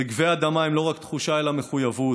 רגבי אדמה הם לא רק תחושה אלא מחויבות,